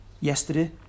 yesterday